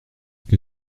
que